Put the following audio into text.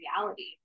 reality